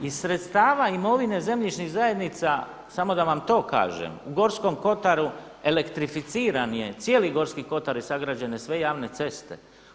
Iz sredstava imovine zemljišnih zajednica samo da vam to kažem u Gorskom kotaru elektrificiran je cijeli Gorski kotar i sagrađene sve javne ceste.